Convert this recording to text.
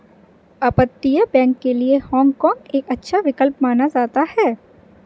अपतटीय बैंक के लिए हाँग काँग एक अच्छा विकल्प माना जाता है